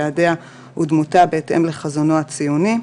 יעדיה ודמותה בהתאם לחזונו הציוני".